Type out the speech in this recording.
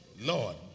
Lord